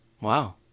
wow